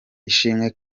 ishimwe